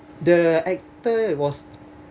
the actor was